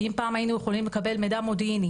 כי אם פעם היינו יכולים לקבל מידע מודיעיני